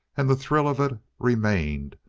and the thrill of it remained,